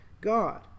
God